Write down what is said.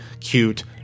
cute